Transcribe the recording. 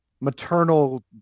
maternal